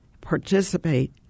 participate